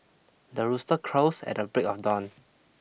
the rooster crows at the break of dawn